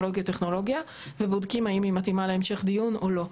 טכנולוגיה-טכנולוגיה ובודקים האם היא מתאימה להמשך דיון או לא.